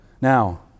Now